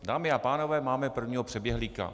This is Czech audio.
Dámy a pánové, máme prvního přeběhlíka.